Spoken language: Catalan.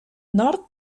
nord